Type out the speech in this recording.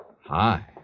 hi